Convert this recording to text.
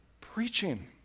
Preaching